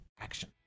action